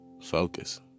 Focus